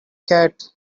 cat